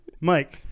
Mike